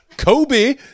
Kobe